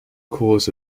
cause